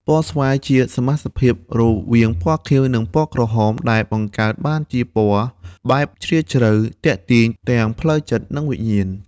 ពណ៌ស្វាយជាសមាសភាពរវាងពណ៌ខៀវ និងពណ៌ក្រហម ដែលបង្កើតបានជាពណ៌បែបជ្រាលជ្រៅ ទាក់ទាញទាំងផ្លូវចិត្តនិងវិញ្ញាណ។